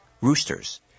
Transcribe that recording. roosters